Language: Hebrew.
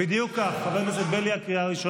בדיקטטורה אין קריאות ביניים.